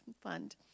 Fund